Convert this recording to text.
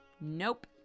Nope